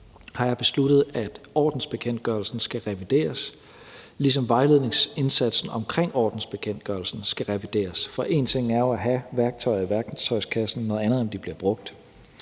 har jeg besluttet, at ordensbekendtgørelsen skal revideres, ligesom vejledningsindsatsen omkring ordensbekendtgørelsen skal revideres. For én ting er jo at have værktøjer i værktøjskassen; noget andet er, om de bliver brugt.